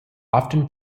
often